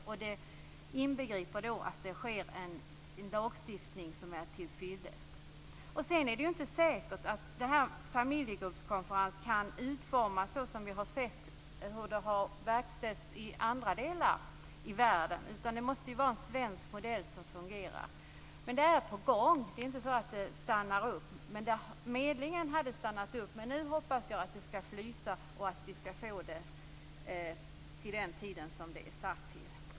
Man utgår också ifrån att det införs en lagstiftning som är till fyllest. Det är ju inte säkert att familjegruppskonferens kan utformas såsom i andra delar av världen. Det måste ju vara en svensk modell som fungerar. Arbetet är alltså på gång. Det stannar inte upp. Medlingsarbetet hade stannat upp, men nu hoppas jag att det skall flyta och att det skall vara klart till den bestämda tidpunkten.